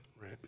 Right